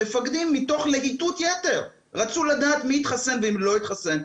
המפקדים מתוך להיטות יתר רצו לדעת מי התחסן ומי לא התחסן,